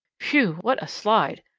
whew, what a slide!